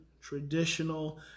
traditional